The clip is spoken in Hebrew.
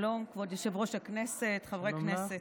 שלום, כבוד יושב-ראש הכנסת, חברי הכנסת.